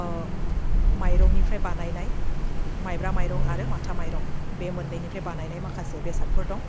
अह माइरंनिफ्राय बानायनाय माइब्रा माइरं आरो माथा माइरं बे मोन्नैनिफ्राय बानायनाय माखासे बेसादफोर दं